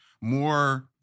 more –